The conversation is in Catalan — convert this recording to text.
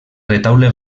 retaule